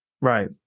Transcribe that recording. Right